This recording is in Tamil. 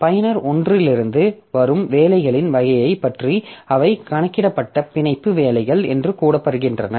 பயனர் 1 இலிருந்து வரும் வேலைகளின் வகையைப் பற்றிஅவை கணக்கிடப்பட்ட பிணைப்பு வேலைகள் என்று கூறப்படுகின்றன